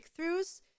breakthroughs